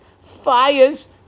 Fires